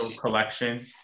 collection